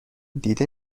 دیده